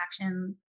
action